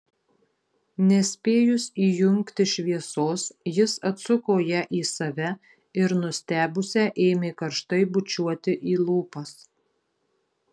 nespėjus įjungti šviesos jis atsuko ją į save ir nustebusią ėmė karštai bučiuoti į lūpas